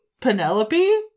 Penelope